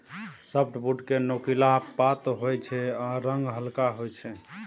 softwood केँ नोकीला पात होइ छै आ रंग हल्का होइ छै